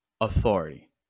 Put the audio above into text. authority